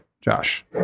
Josh